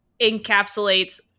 encapsulates